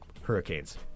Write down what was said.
hurricanes